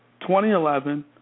2011